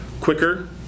quicker